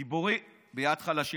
גיבורים ביד חלשים.